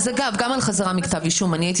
חזרה מכתב אישום בנסיבות המסוימות --- גם